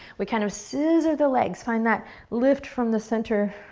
we kind of scissor the legs. find that lift from the center,